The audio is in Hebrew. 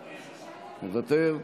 מוותר,